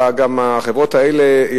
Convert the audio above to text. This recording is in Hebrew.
החברות האלה,